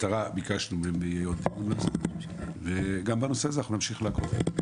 ביקשנו --- וגם בנושא הזה אנחנו נמשיך לעקוב.